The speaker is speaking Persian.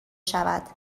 شود